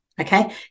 Okay